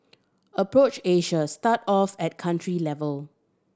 approach Asia start off at country level